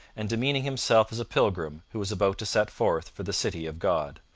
and demeaning himself as a pilgrim who is about to set forth for the city of god.